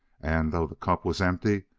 and, though the cup was empty,